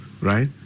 right